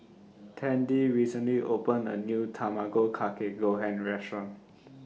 Tandy recently opened A New Tamago Kake Gohan Restaurant